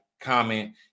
comment